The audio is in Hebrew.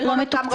הם לא מתוקצבים.